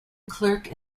clerk